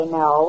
no